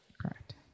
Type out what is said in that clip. Correct